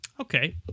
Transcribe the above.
Okay